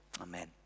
Amen